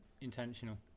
intentional